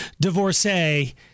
divorcee